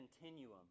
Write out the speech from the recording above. continuum